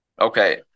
Okay